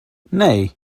nej